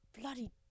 bloody